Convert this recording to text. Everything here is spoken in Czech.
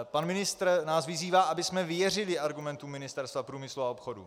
Pan ministr nás vyzývá, abychom věřili argumentům Ministerstva průmyslu a obchodu.